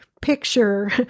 picture